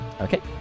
Okay